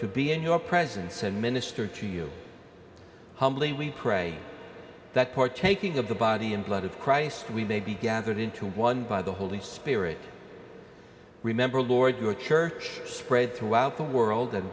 to be in your presence and minister to you humbly we pray that partaking of the body and blood of christ we may be gathered into one by the holy spirit remember lord your church spread throughout the world and